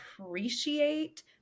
appreciate